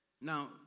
Now